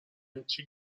هیچی